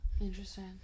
interesting